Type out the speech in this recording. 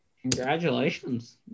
Congratulations